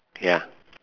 ya